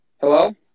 Hello